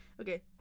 Okay